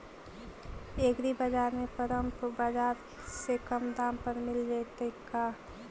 एग्रीबाजार में परमप बाजार से कम दाम पर मिल जैतै का?